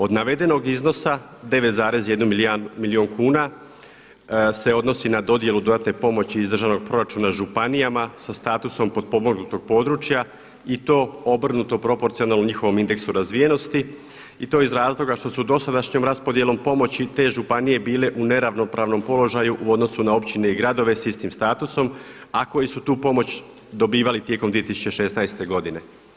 Od navedenog iznosa 9,1 milijun kuna se odnosi na dodjelu dodatne pomoći iz državnog proračuna županijama sa statusom potpomognutog područja i to obrnuto proporcionalno njihovom indeksu razvijenosti i to iz razloga što su dosadašnjom raspodjelom pomoći te županije bile u neravnopravnom položaju u odnosu na općine i gradove sa istim statusom a koji su tu pomoć dobivali tijekom 2016. godine.